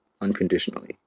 unconditionally